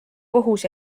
kohus